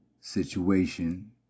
situation